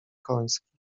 końskich